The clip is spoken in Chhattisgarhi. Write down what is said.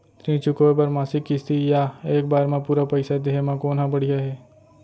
ऋण चुकोय बर मासिक किस्ती या एक बार म पूरा पइसा देहे म कोन ह बढ़िया हे?